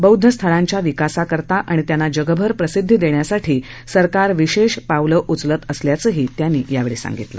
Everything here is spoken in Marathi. बौद्ध स्थळांच्या विकासाकरता आणि त्यांना जगभर प्रसिध्दी देण्यासाठी सरकार विशेष पावलं उचलत असल्याचं त्यांनी सांगितलं